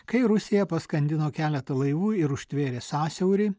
kai rusija paskandino keletą laivų ir užtvėrė sąsiaurį